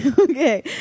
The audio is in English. okay